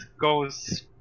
goes